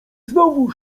znowu